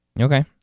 Okay